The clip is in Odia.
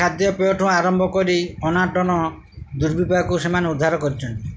ଖାଦ୍ୟପେୟ ଠୁ ଆରମ୍ଭ କରି ଅନାଟନ ଦୁର୍ବିପାକକୁ ସେମାନେ ଉଦ୍ଧାର କରିଛନ୍ତି